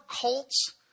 cults